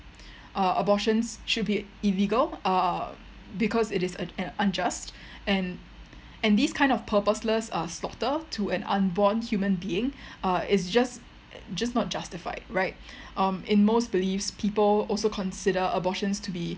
err abortions should be illegal uh because it is u~ unjust and and these kind of purposeless uh slaughter to an unborn human being uh is just just not justified right um in most beliefs people also consider abortions to be